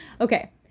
okay